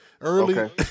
early